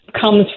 comes